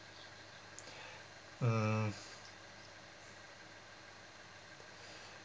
mm